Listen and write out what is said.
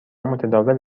متداول